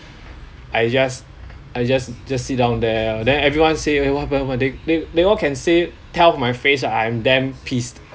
I just I just just sit down there then everyone say eh what happened what happened they they they all can say tell my face I am damn pissed